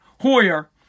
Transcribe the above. Hoyer